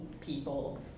people